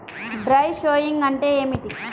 Dry sowing అంటే ఏమిటి?